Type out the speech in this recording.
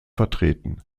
vertreten